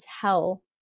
tell